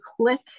click